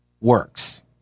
works